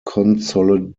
consolidated